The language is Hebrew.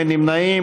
אין נמנעים,